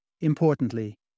Importantly